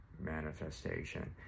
manifestation